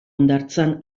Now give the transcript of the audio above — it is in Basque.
hondartzan